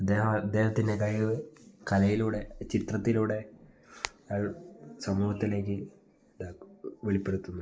അദ്ദേഹം അദ്ദേഹത്തിൻ്റെ കഴിവ് കലയിലൂടെ ചിത്രത്തിലൂടെ ആൾ സമൂഹത്തിലേക്ക് വെളിപ്പെടുത്തുന്നു